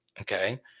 Okay